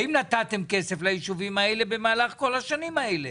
האם נתתם כסף לישובים האלה במהלך כל השנים האלה,